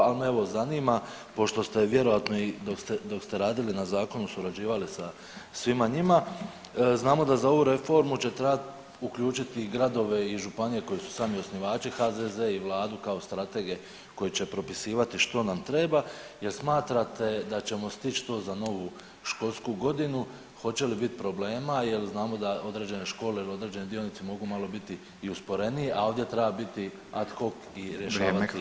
Ali me evo zanima pošto ste vjerojatno i dok ste radili na zakonu surađivali sa svima njima, znamo da za ovu reformu će trebat uključit i gradove i županije koji su sami osnivači, HZZ i vladu kao stratege koji će propisivati što nam treba jer smatrate da ćemo stić to za novu školsku godinu, hoće li bit problema jel znamo da određene škole ili određeni dionici mogu malo biti i usporeniji, a ovdje treba biti ad hoc i rješavati situaciju?